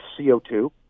CO2